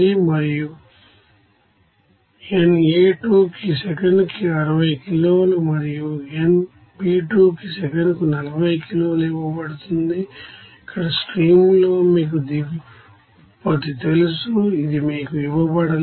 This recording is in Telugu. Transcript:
మరియు nA2 కి సెకనుకు 60 కిలోలు మరియు nB2 సెకనుకు 40 కిలోలు ఇవ్వబడుతుంది ఇక్కడ 3 స్ట్రీమ్లో మీకు దిగువ ఉత్పత్తి తెలుసు ఇది మీకు ఇవ్వబడలేదు